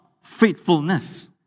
faithfulness